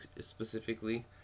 specifically